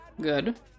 Good